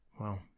Wow